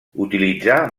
utilitzà